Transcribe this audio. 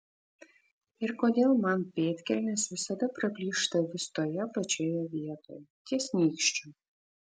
ir kodėl man pėdkelnės visada praplyšta vis toje pačioje vietoj ties nykščiu